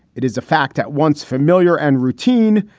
it is a fact at once familiar and routine.